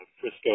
Frisco